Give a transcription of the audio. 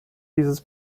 dieses